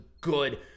good